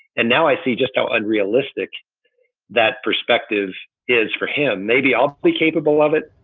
and now i see just how unrealistic that perspective is for him. maybe i'll be capable of it,